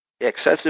excessive